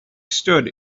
stood